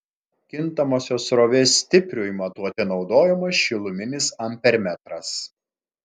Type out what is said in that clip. kintamosios srovės stipriui matuoti naudojamas šiluminis ampermetras